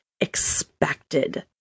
expected